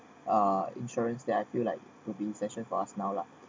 ah insurance that I feel like will be essential for us now lah